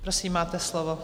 Prosím, máte slovo.